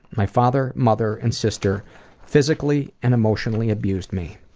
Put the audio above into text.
my father, mother and sister physically and emotionally abused me.